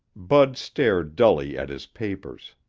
bud stared dully at his papers.